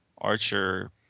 Archer